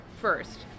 first